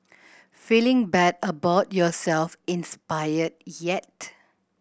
feeling bad about yourself inspired yet